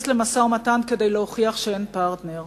למשא-ומתן כדי להוכיח שאין פרטנר.